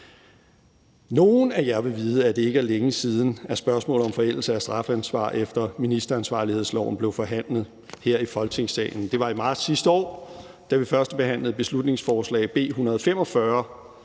Nogle af jer vil vide, at det ikke er længe siden, at spørgsmålet om forældelse af strafansvar efter ministeransvarlighedsloven blev forhandlet her i Folketingssalen. Det var i marts sidste år, da vi førstebehandlede beslutningsforslag B 145,